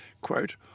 quote